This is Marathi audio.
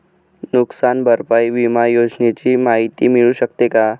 नुकसान भरपाई विमा योजनेची माहिती मिळू शकते का?